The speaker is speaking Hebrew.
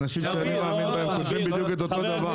האנשים שאתה לא מאמין בהם חושבים את אותו דבר.